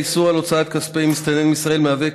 האיסור של הוצאת כספי מסתנן מישראל מהווה